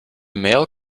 male